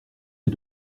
est